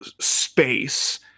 space